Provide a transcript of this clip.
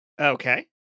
okay